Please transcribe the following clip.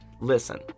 Listen